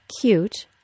cute